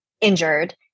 injured